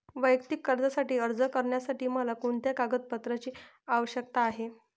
वैयक्तिक कर्जासाठी अर्ज करण्यासाठी मला कोणत्या कागदपत्रांची आवश्यकता आहे?